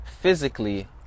physically